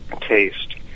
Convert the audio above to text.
Taste